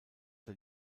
der